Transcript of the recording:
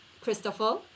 Christopher